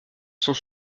sont